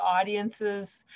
audiences